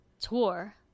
tour